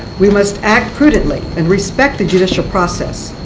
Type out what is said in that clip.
we must act prudently and respect the judicial process.